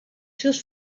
seus